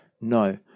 No